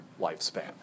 lifespan